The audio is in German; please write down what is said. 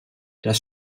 das